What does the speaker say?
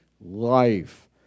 life